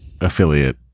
affiliate